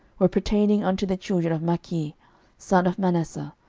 were pertaining unto the children of machir the son of manasseh,